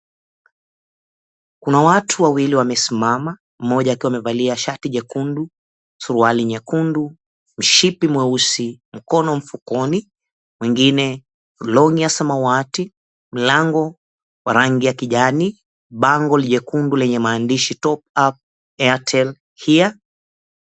Kuna watu wawili wamesimama, mmoja akiwa amevalia shati jekundu, suruali nyekundu, mshipi mweusi, mkono mfukoni. Mwengine amevaa longi ya samawati. Mlango wa rangi ya kijani, bango jekundu lenye maandishi, "Top Up Airtel Here."